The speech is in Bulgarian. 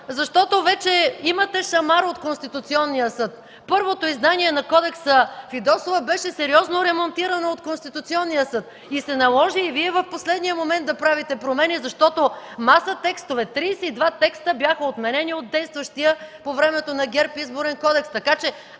Защото вече имате шамар от Конституционния съд. Първото издание на Кодекса „Фидосова“ беше сериозно ремонтирано от Конституционния съд и се наложи и Вие в последния момент да правите промени, защото 32 текста бяха отменени от действащия по времето на ГЕРБ Изборен кодекс така, че